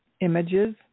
images